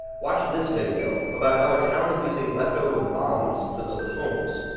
watch this video about how a town is using leftover bombs to build homes.